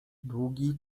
długi